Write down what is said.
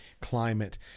climate